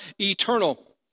eternal